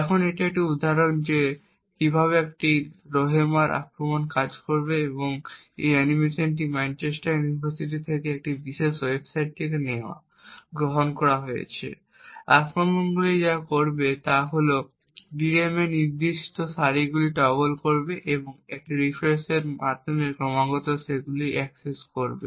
এখন এটি একটি উদাহরণ যে কীভাবে একটি রোহ্যামার আক্রমণ কাজ করবে এবং এই অ্যানিমেশনটি ম্যানচেস্টার ইউনিভার্সিটি থেকে এই বিশেষ ওয়েবসাইট থেকে নেওয়া গ্রহণ করা হয়েছে আক্রমণকারী যা করবে তা হল সে DRAM এ নির্দিষ্ট সারিগুলি টগল করবে এবং একটি রিফ্রেশের মধ্যে ক্রমাগত সেগুলি অ্যাক্সেস করবে